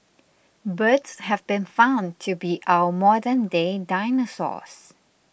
birds have been found to be our modernday dinosaurs